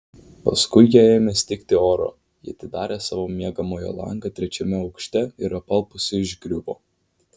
paskui jai ėmė stigti oro ji atidarė savo miegamojo langą trečiame aukšte ir apalpusi išgriuvo